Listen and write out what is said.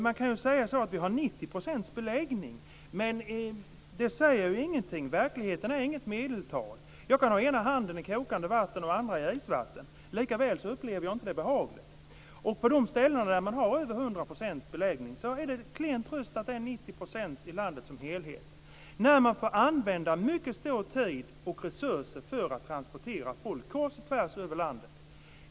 Man kan säga att vi har 90 % beläggning, men det säger ju ingenting - verkligheten är inget medeltal. Jag kan ha den ena handen i kokande vatten och den andra i isvatten, och likväl upplever jag det inte som behagligt. På de ställen där man har över 100 % beläggning är det en klen tröst att det är 90 % i landet som helhet. Man får använda mycket tid och stora resurser för att transportera folk kors och tvärs över landet.